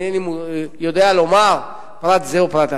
אני אינני יודע לומר פרט זה או פרט אחר.